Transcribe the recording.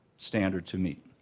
standard to meet.